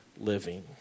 living